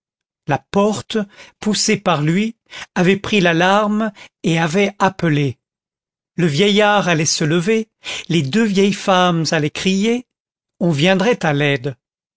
la porte poussée par lui avait pris l'alarme et avait appelé le vieillard allait se lever les deux vieilles femmes allaient crier on viendrait à l'aide